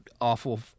awful